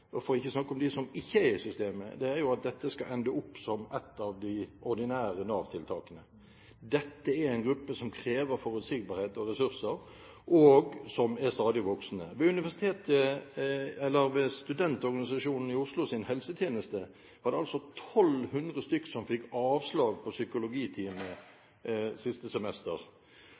og for ikke å snakke om dem som ikke er i systemet, er at dette skal ende opp som et av de ordinære Nav-tiltakene. Dette er en gruppe som krever forutsigbarhet og ressurser, og som er stadig voksende. Ved helsetjenesten til studentorganisasjonene ved Universitetet i Oslo var det 1 200 som fikk avslag på psykologitime siste semester.